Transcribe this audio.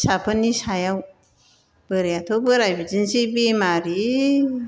फिसाफोरनि सायाव बोरायाथ' बोराय बिदिनोसै बेमारि